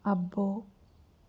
అబ్బో